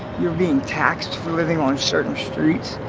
you're being taxed for living on certain streets.